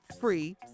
Free